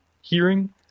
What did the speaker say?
hearing